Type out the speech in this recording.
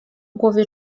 głowie